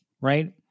Right